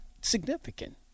significant